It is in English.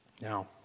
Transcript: Now